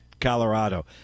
colorado